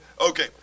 okay